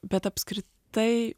bet apskritai